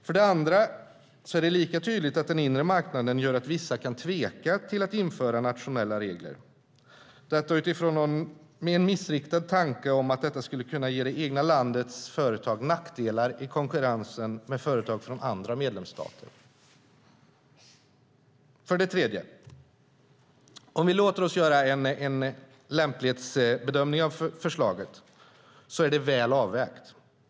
För det andra är det lika tydligt att den inre marknaden gör att vissa kan tveka inför att införa nationella regler utifrån en missriktad tanke om att detta skulle kunna ge det egna landets företag nackdelar i konkurrensen med företag från andra medlemsstater. För det tredje: Om vi tillåter oss att göra en lämplighetsbedömning av förslaget kan vi se att det är väl avvägt.